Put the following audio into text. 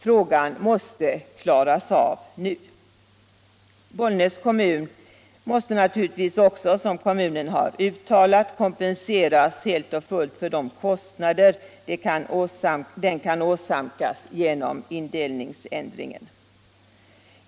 Frågan måste klaras av nu. Bollnäs kommun måste naturligtvis också, som kommunen har uttalat, kompenseras helt och fullt för de kostnader den kan åsamkas genom indelningsändringen.